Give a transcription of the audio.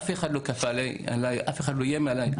אף אחד לא כפה עליי, אף אחד לא איים עליי.